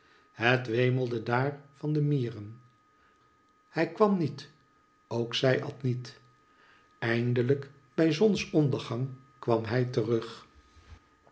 het wemelde daar van de mieren hij kwam niet ook zij at niet eindelijk bij zonsondergang kwam hij terug